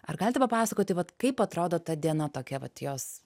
ar galite papasakoti vat kaip atrodo ta diena tokia vat jos